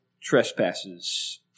trespasses